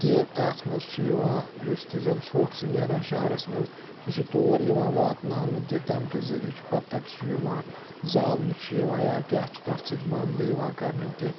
تہِ تَتھ منٛز چھُ یِوان یُس تہِ زَن ژھوٚٹھ چھُ نیران شَہرَس منٛز سُہ چھُ تور یِوان واتناونہٕ تہِ تَمہِ کہِ ذٔریعہِ چھُ پَتہٕ تَتہِ سُہ یِوان زالنہٕ چھُ یِوان یا کیٛاہ چھُ تَتھ سۭتۍ معاملہٕ یِوان کَرنہٕ تہِ